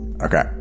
Okay